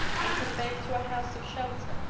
and conveyed to a house of shelter,